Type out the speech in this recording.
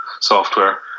software